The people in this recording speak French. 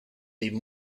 des